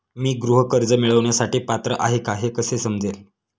मी गृह कर्ज मिळवण्यासाठी पात्र आहे का हे कसे समजेल?